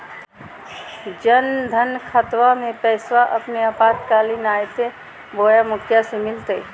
जन धन खाताबा में पैसबा अपने आपातकालीन आयते बोया मुखिया से मिलते?